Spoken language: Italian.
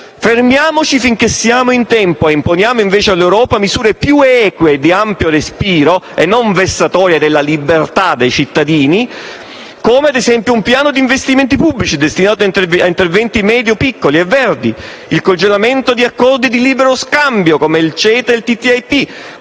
Fermiamoci finché siamo in tempo e imponiamo invece all'Europa misure più eque e di ampio respiro e non vessatorie della libertà di cittadini, come ad esempio un piano di investimenti pubblici, destinato a interventi medio-piccoli e verdi, il congelamento di accordi di libero scambio, come il CETA e il TTIP,